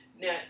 Now